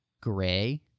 gray